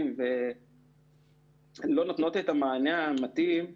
עשינו גם מחקר בנושא הזה שמראה את התוצרים הכלכליים שזה יכול לתת,